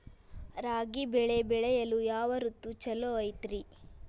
ರಾಗಿ ಬೆಳೆ ಬೆಳೆಯಲು ಯಾವ ಋತು ಛಲೋ ಐತ್ರಿ?